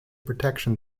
protection